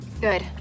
Good